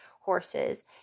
horses